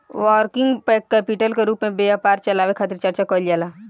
working capital के रूप में व्यापार चलावे खातिर चर्चा कईल जाला